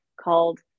called